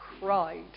cried